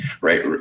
right